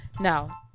now